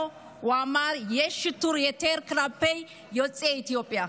אמר: יש שיטור יתר כלפי יוצאי אתיופיה.